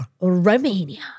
Romania